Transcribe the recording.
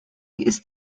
ist